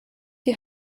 die